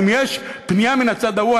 אם יש פנייה מן הצד ההוא,